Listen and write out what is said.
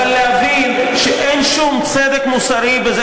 אבל להבין שאין שום צדק מוסרי בזה